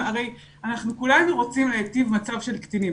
ל הרי כולנו רוצים להיטיב מצב של קטינים.